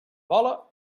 vola